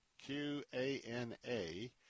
Q-A-N-A